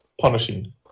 punishing